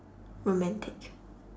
romantic